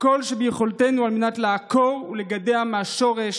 כל שביכולתנו לעקור ולגדוע מהשורש